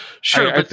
Sure